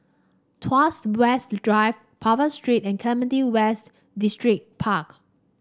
Tuas West Drive Purvis Street and Clementi West Distripark